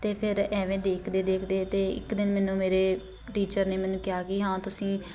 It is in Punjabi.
ਅਤੇ ਫਿਰ ਐਵੇਂ ਦੇਖਦੇ ਦੇਖਦੇ ਅਤੇ ਇੱਕ ਦਿਨ ਮੈਨੂੰ ਮੇਰੇ ਟੀਚਰ ਨੇ ਮੈਨੂੰ ਕਿਹਾ ਕਿ ਹਾਂ ਤੁਸੀਂ